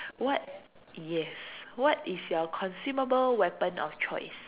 what yes what is your consumable weapon of choice